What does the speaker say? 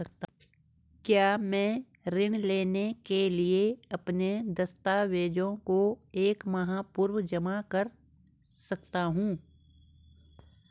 क्या मैं ऋण लेने के लिए अपने दस्तावेज़ों को एक माह पूर्व जमा कर सकता हूँ?